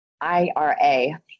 ira